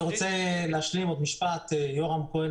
זה מה שאני מרגיש אתכם פה עם משרד האנרגיה.